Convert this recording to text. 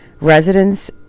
Residents